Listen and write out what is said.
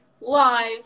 live